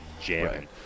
jamming